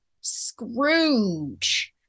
scrooge